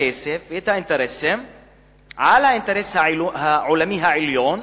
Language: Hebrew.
הכסף ואת האינטרסים על האינטרס העולמי העליון,